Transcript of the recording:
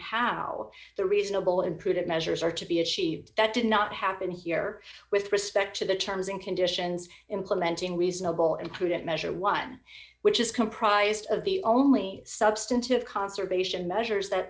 how the reasonable and prudent measures are to be achieved that did not happen here with respect to the terms and conditions implementing reasonable and prudent measure while which is comprised of the only substantive conservation measures that